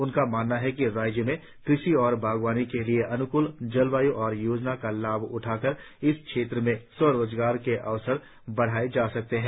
उनका मानना है कि राज्य में कृषि और बाग़वानी के लिए अनुकुल जलवाय और योजनाओं का लाभ उठाकर इस क्षेत्र में स्वरोजगार के अवसर बढ़ाए जा सकते हैं